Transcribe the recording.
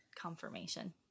confirmation